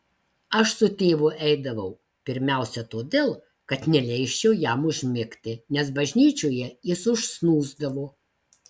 aš su tėvu eidavau pirmiausia todėl kad neleisčiau jam užmigti nes bažnyčioje jis užsnūsdavo